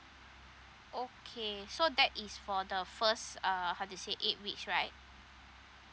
okay so that is for the first uh how to say eight weeks right